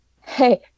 hey